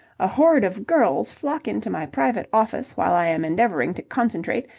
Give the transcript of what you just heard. a horde of girls flock into my private office while i am endeavouring to concentrate.